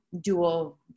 dual